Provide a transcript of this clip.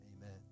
Amen